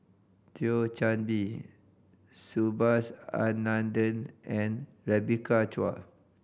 Thio Chan Bee Subhas Anandan and Rebecca Chua